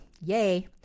Yay